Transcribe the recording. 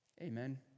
Amen